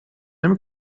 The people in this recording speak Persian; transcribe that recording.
نمی